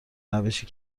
روشی